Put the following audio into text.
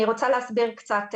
אני רוצה להסביר קצת,